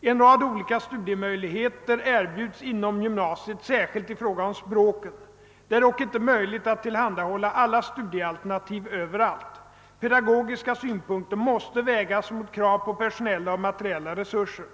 En rad olika studiemöjligheter erbjuds inom gymnasiet, särskilt i fråga om språken. Det är dock inte möjligt att tillhandahålla alla studiealternativ överallt. Pedagogiska synpunkter måste vägas mot krav på personella och materiella resurser.